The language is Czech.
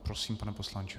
Prosím, pane poslanče.